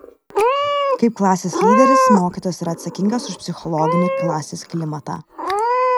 kaip klasės lyderis mokytojas yra atsakingas už psichologinį klasės klimatą